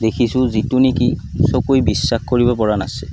দেখিছোঁ যিটো নিকি দুচকুৱে বিশ্বাস কৰিব পৰা নাছিল